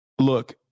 Look